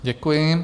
Děkuji.